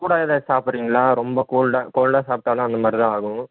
சூடாக ஏதாச்சும் சாப்புடுறீங்களா ரெம்ப கோல்டாக கோல்டாக சாப்பிட்டாலும் அந்த மாதிரி தான் ஆகும்